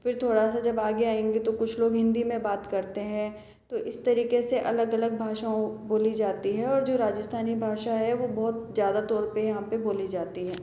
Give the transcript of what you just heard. फिर थोड़ा सा जब आगे आएंगे तो कुछ लोग हिंदी में बात करते हैं तो इस तरीके से अलग अलग भाषाओं बोली जाती हैं और जो राजिस्थनी भाषा है वो बहुत ज़्यादा तौर पे यहाँ पे बोली जाती है